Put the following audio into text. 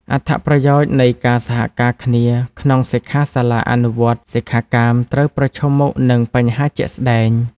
អត្ថប្រយោជន៍នៃការសហការគ្នាក្នុងសិក្ខាសាលាអនុវត្តន៍ សិក្ខាកាមត្រូវប្រឈមមុខនឹងបញ្ហាជាក់ស្ដែង។